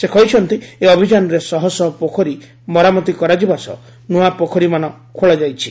ସେ କହିଛନ୍ତି ଏହି ଅଭିଯାନରେ ଶହ ଶହ ପୋଖରୀ ମରାମତି କରାଯିବା ସହ ନୂଆ ପୋଖରୀମାନ ଖେଳାଯାଇଛି